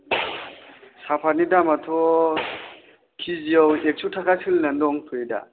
साफाटनि दामाथ' केजिआव एक्स' थाखा सोलिनानै दंथ'यो दा